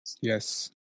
Yes